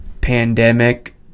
pandemic